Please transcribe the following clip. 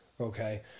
okay